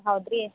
ಹೌದು ರೀ